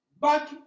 Back